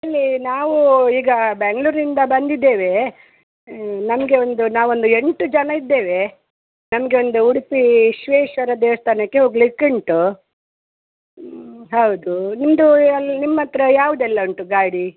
ಇಲ್ಲೀ ನಾವೂ ಈಗ ಬ್ಯಾಂಗ್ಳೂರಿಂದ ಬಂದಿದ್ದೇವೆ ನಮಗೆ ಒಂದು ನಾವು ಒಂದು ಎಂಟು ಜನ ಇದ್ದೇವೆ ನಮಗೆ ಒಂದು ಉಡುಪಿ ವಿಶ್ವೇಶ್ವರ ದೇವಸ್ಥಾನಕ್ಕೆ ಹೋಗ್ಲಿಕ್ಕೆ ಉಂಟು ಹೌದು ನಿಮ್ದೂ ಎಲ್ಲಿ ನಿಮ್ಮಹತ್ರ ಯಾವುದೆಲ್ಲ ಉಂಟು ಗಾಡಿ